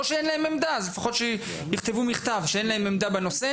אם אין להם עמדה לפחות שיכתבו מכתב על כך שאין להם עמדה בנושא,